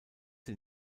sie